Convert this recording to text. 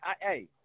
hey